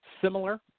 similar